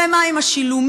ומה עם השילומים?